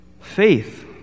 faith